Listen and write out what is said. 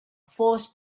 forced